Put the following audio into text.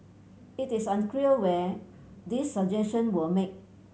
it is unclear when these suggestion were made